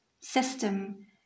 system